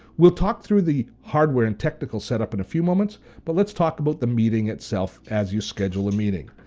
we'll talk through the hardware and technical set up in a few moments but let's talk about the meeting itself as you schedule a meeting.